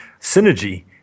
synergy